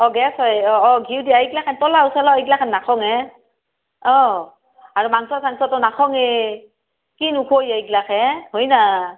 অ' গেছ হয় অ' ঘিউ দিয়া এইগিলাখন পোলাও চলাও এই গিলাখন নাখাওঁ এ অ' আৰু মাংস চাংচটো নাখাওঁ এ কিনো খোৱাই এইগিলাখান হয় না